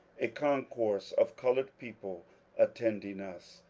a concourse of coloured people attending us.